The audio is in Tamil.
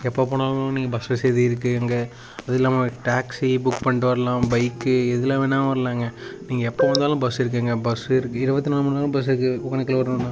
எப்போ போனாலும் நீங்கள் பஸ் வசதி இருக்கு அங்கே அது இல்லாமல் டேக்ஸி புக் பண்ணிட்டு வரலாம் பைக்கு எதில் வேணா வரலாங்க நீங்கள் எப்போ வந்தாலும் பஸ் இருக்குங்க பஸ் இருக்கு இருபத்து நாலுமண் நேரமும் பஸ் இருக்கு ஒகேனக்கல் வரணுன்னா